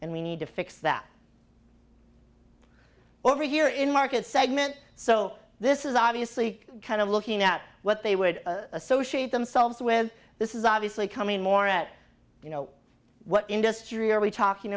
and we need to fix that over here in market segment so this is obviously kind of looking at what they would associate themselves with this is obviously coming more at you know what industry are we talking